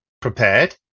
prepared